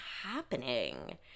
happening